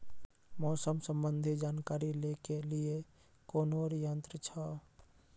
मौसम संबंधी जानकारी ले के लिए कोनोर यन्त्र छ?